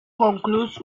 concludes